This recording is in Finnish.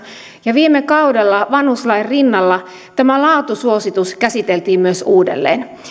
ja viime kaudella vanhuslain rinnalla myös tämä laatusuositus käsiteltiin uudelleen